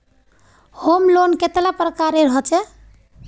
Home loan कतेला प्रकारेर होचे?